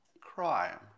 crime